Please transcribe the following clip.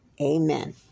Amen